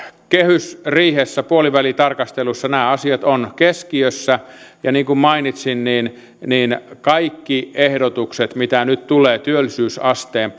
kehysriihessä puolivälitarkastelussa nämä asiat ovat keskiössä ja niin kuin mainitsin kaikki ehdotukset mitä nyt tulee työllisyysasteen